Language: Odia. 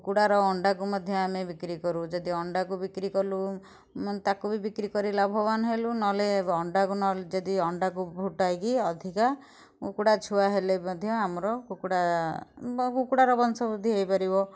କୁକୁଡ଼ାର ଅଣ୍ଡାକୁ ମଧ୍ୟ ବିକ୍ରି କରୁ ଯଦି ଅଣ୍ଡାକୁ ବିକ୍ରି କଲୁ ତାକୁ ବିକ୍ରି କରି ଲାଭବାନ୍ ହେଲୁ ନହେଲେ ଯଦି ଅଣ୍ଡାକୁ ଫୁଟାଇ ଅଧିକା କୁକୁଡ଼ା ଛୁଆ ହେଲେ ମଧ୍ୟ ଆମର କୁକୁଡ଼ା ବ କୁକୁଡ଼ାର ବଂଶ ବୃଦ୍ଧି ହୋଇପାରିବ